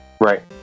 right